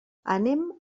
anem